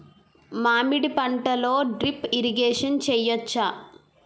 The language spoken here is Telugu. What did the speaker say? మామిడి పంటలో డ్రిప్ ఇరిగేషన్ చేయచ్చా?